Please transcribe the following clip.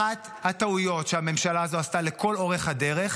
אחת הטעויות שהממשלה הזו עשתה לכל אורך הדרך